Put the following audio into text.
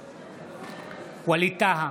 בעד ווליד טאהא,